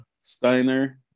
Steiner